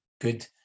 good